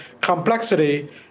complexity